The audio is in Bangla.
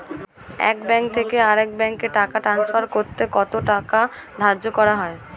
এক ব্যাংক থেকে আরেক ব্যাংকে টাকা টান্সফার করতে কত টাকা ধার্য করা হয়?